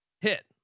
hit